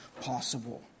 possible